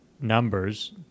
numbers